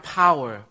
power